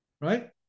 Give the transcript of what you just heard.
Right